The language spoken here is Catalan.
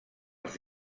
els